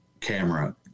camera